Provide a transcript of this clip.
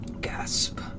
Gasp